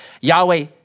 Yahweh